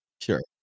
Sure